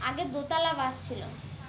আগে দোতলা বাস ছিল